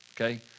okay